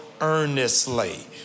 earnestly